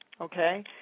okay